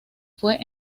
fue